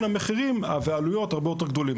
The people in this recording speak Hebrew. המחירים והעלויות הרבה יותר גדולים.